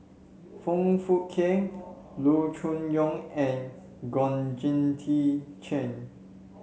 Foong Fook Kay Loo Choon Yong and Georgette Chen